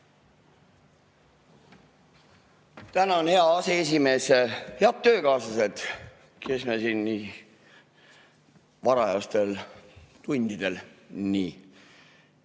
Tänan, hea aseesimees! Head töökaaslased, kes me siin varajastel tundidel nii